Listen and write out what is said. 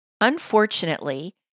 Unfortunately